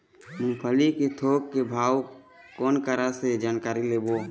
मूंगफली के थोक के भाव कोन करा से जानकारी लेबो?